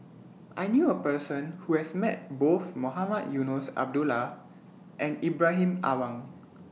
I knew A Person Who has Met Both Mohamed Eunos Abdullah and Ibrahim Awang